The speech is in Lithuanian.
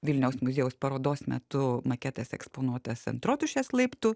vilniaus muziejaus parodos metu maketas eksponuotas ant rotušės laiptų